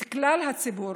את כלל הציבור,